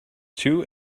two